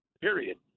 period